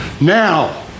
Now